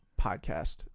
podcast